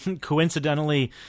Coincidentally